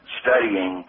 studying